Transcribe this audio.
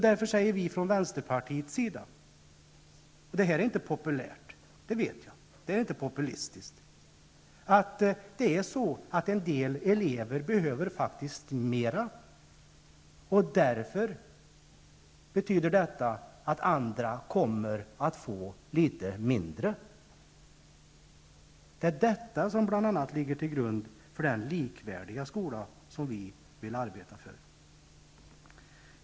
Därför säger vi från vänsterpartiets sida -- vilket jag vet inte är populärt -- att en del elever faktiskt behöver mer resurser och att andra då kommer att få litet mindre. Detta ligger bl.a. till grund för den likvärdiga skola som vi vill arbeta för.